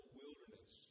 wilderness